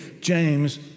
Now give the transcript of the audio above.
James